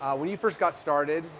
ah when you first got started,